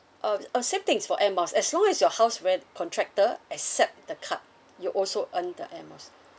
uh uh same thing is for air miles as long as your house re~ contractor accept the card you also earn the air miles